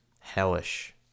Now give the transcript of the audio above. hellish